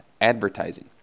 advertising